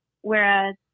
whereas